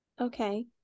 okay